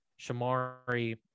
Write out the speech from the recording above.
Shamari